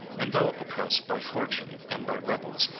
and though oppressed by fortune and by rebels,